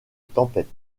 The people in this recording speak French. tempête